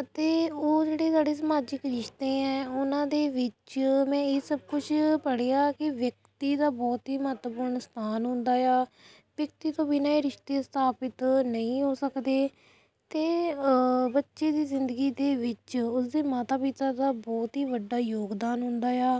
ਅਤੇ ਉਹ ਜਿਹੜੇ ਸਾਡੇ ਸਮਾਜਿਕ ਰਿਸ਼ਤੇ ਐਂ ਉਨ੍ਹਾਂ ਦੇ ਵਿੱਚ ਮੈਂ ਇਹ ਸਭ ਕੁਛ ਪੜ੍ਹਿਆ ਕਿ ਵਿਅਕਤੀ ਦਾ ਬਹੁਤ ਹੀ ਮਹੱਤਵਪੂਰਨ ਸਥਾਨ ਹੁੰਦਾ ਆ ਵਿਅਕਤੀ ਤੋਂ ਬਿਨਾਂ ਇਹ ਰਿਸ਼ਤੇ ਸਥਾਪਿਤ ਨਹੀਂ ਹੋ ਸਕਦੇ ਅਤੇ ਬੱਚੇ ਦੀ ਜ਼ਿੰਦਗੀ ਦੇ ਵਿੱਚ ਉਸ ਦੇ ਮਾਤਾ ਪਿਤਾ ਦਾ ਬਹੁਤ ਹੀ ਵੱਡਾ ਯੋਗਦਾਨ ਹੁੰਦਾ ਹੈ